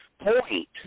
point